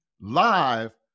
live